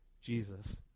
Jesus